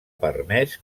permès